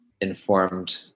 informed